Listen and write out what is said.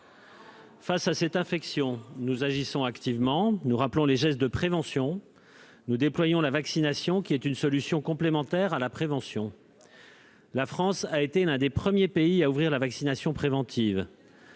Face à cette infection, nous agissons activement. Nous rappelons les gestes de prévention et nous déployons la vaccination, qui est une solution complémentaire à la prévention. Combien y a-t-il de vaccins ? La France a été l'un des premiers pays à ouvrir la vaccination préventive,